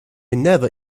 never